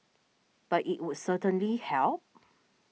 but it would certainly help